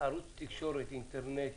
ערוץ תקשורתי אינטרנטי,